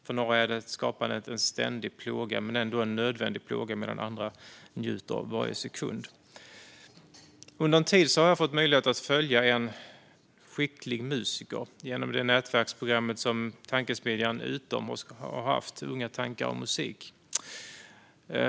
För några är skapandet en ständig men ändå nödvändig plåga medan andra njuter av varje sekund. Under en tid har jag haft möjlighet att följa en skicklig musiker genom det nätverksprogram som tankesmedjan Utom, Unga tankar om musik, har haft.